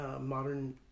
modern